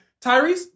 Tyrese